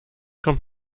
kommt